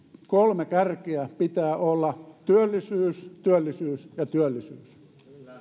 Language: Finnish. kolme kärkeä pitää olla työllisyys työllisyys ja työllisyys